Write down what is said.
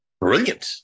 brilliant